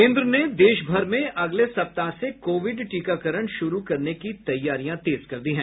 केन्द्र ने देश भर में अगले सप्ताह से कोविड टीकाकरण शुरू करने की तैयारियां तेज कर दी हैं